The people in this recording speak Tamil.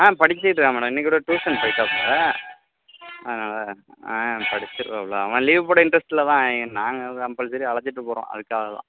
ஆ படிச்சிட்டுருக்கான் மேடம் இன்னிக்கு கூட டியூஷன் போயிருக்காபில அதனால ஆ படிச்சிட்ராபில அவன் லீவு போட இன்ட்ரெஸ்ட் இல்லைதான் நாங்கள் கம்பல்சரி அழைச்சிட்டு போகிறோம் அதுக்காகதான்